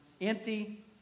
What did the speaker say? empty